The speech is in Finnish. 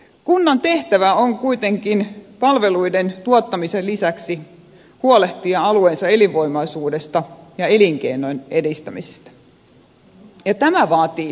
kunnan tehtävä on kuitenkin palveluiden tuottamisen lisäksi huolehtia alueensa elinvoimaisuudesta ja elinkeinojen edistämisestä ja tämä vaatii suurempia hartioita